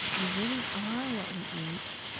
we really are what we eat.